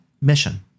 mission